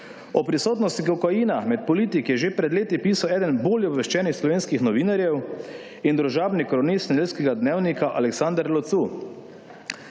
O prisotnosti kokaina med politiki je že pred leti pisal eden bolje obveščenih slovenskih novinarjev in družabni kronist Nedeljskega dnevnika Aleksander Lucu.